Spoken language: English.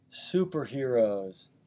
superheroes